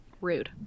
Rude